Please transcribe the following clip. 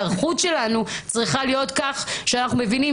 ההיערכות שלנו צריכה להיות כך שאנחנו מבינים